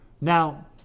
Now